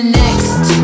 next